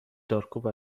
دارکوب